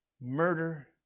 Murder